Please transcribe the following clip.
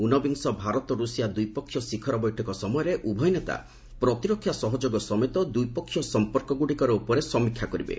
ଉନବିଂଶ ଭାରତ ରୁଷିଆ ଦ୍ୱିପକ୍ଷିୟ ଶିଖର ବୈଠକ ସମୟରେ ଉଭୟ ନେତା ପ୍ରତିରକ୍ଷା ସହଯୋଗ ସମେତ ଦ୍ୱିପକ୍ଷିୟ ସମ୍ପର୍କ ଗୁଡ଼ିକ ଉପରେ ସମୀକ୍ଷା କରିବେ